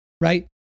right